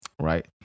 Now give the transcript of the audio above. right